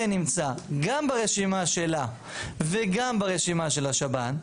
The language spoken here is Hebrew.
נמצא גם ברשימה שלה וגם ברשימה של השב"ן,